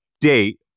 date